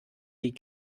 die